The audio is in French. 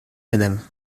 madame